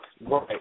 Right